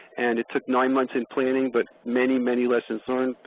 and it took nine months in planning but many, many, lessons learned.